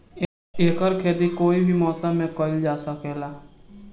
एकर खेती कोई भी मौसम मे कइल जा सके ला